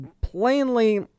plainly